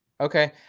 Okay